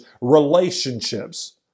relationships